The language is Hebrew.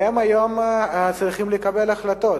והם היום צריכים לקבל החלטות.